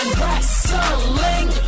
wrestling